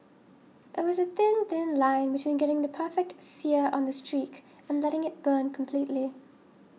it was a thin thin line between getting the perfect sear on the streak and letting it burn completely